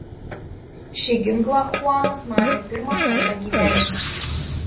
šį ginklą chuanas matė pirmą kartą gyvenime